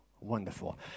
wonderful